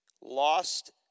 Lost